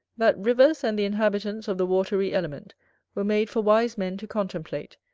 that rivers and the inhabitants of the watery element were made for wise men to contemplate,